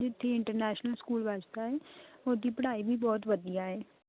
ਜਿੱਥੇ international school ਵੱਜਦਾ ਹੈ ਉਹਦੀ ਪੜ੍ਹਾਈ ਵੀ ਬਹੁਤ ਵਧੀਆ ਹੈ